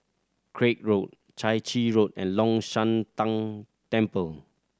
Craig Road Chai Chee Road and Long Shan Tang Temple